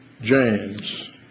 James